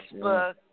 Facebook